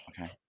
Okay